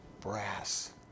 brass